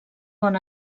bon